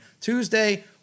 Tuesday